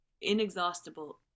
inexhaustible